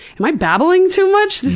am i babbling too much?